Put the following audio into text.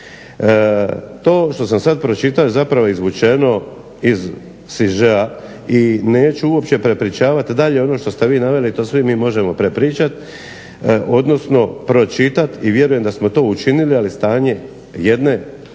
To što sam sad pročitao je zapravo izvučeno iz sižea i neću uopće prepričavati dalje ono što ste vi naveli, to svi mi možemo prepričati, odnosno pročitati i vjerujem da smo to učinili, ali stanje jedne tvrtke